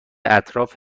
اطراف